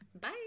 bye